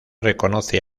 reconoce